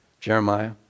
Jeremiah